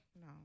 No